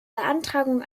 beantragung